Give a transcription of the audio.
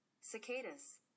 Cicadas